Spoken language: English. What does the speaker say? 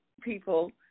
people